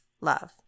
love